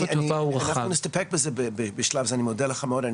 לך מאוד.